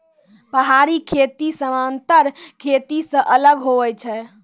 पहाड़ी खेती समान्तर खेती से अलग हुवै छै